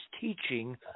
teaching